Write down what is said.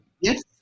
Yes